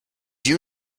you